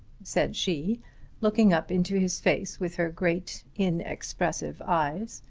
said she looking up into his face with her great inexpressive eyes,